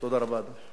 תודה רבה, אדוני.